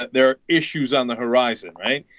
they're issues on the horizon right